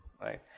right